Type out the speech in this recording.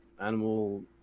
animal